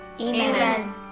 Amen